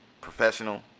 professional